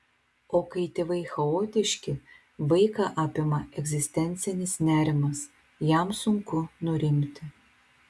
o kai tėvai chaotiški vaiką apima egzistencinis nerimas jam sunku nurimti